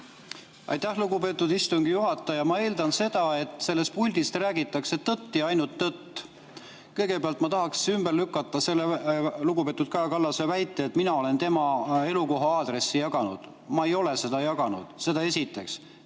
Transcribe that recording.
Aitäh, lugupeetud istungi juhataja! Ma eeldan seda, et sellest puldist räägitakse tõtt ja ainult tõtt. Kõigepealt ma tahaks ümber lükata lugupeetud Kaja Kallase väite, et mina olen tema elukoha aadressi jaganud. Ma ei ole seda jaganud. Seda esiteks.